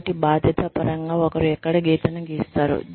కాబట్టి బాధ్యత పరంగా ఒకరు ఎక్కడ గీతను గీస్తారు